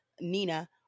Nina